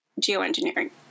geoengineering